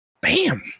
Bam